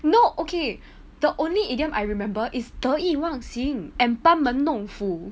no okay the only idiom I remember is 得意忘形 and 班门弄斧